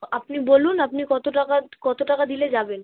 আপনি বলুন আপনি কতো টাকা কতো টাকা দিলে যাবেন